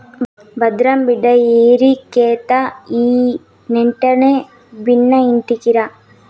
భద్రం బిడ్డా ఏరివేత అయినెంటనే బిన్నా ఇంటికిరా